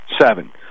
seven